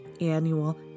annual